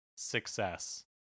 success